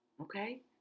okay